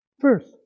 First